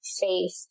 faith